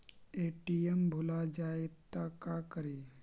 ATM भुला जाये त का करि?